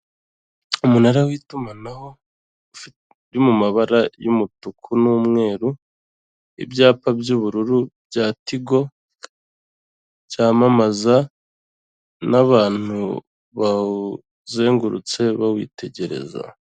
Umunara w'itumanaho mu mabara y'umutuku n'umweru, ibyapa by'ubururu bya tigo, cyamamaza n'abantu bawuzengurutse bawitegereza.